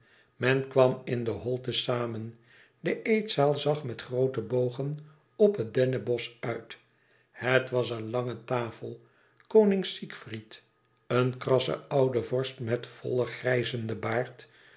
men kwam in den hall te zamen de eetzaal zag met groote bogen op het dennenbosch uit het was een lange tafel koning siegfried een krasse oude vorst met vollen grijzenden baard